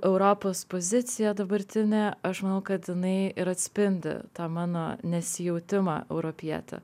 europos pozicija dabartinė aš manau kad jinai ir atspindi tą mano nesijautimą europiete